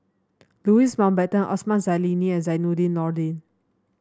Louis Mountbatten Osman Zailani and Zainudin Nordin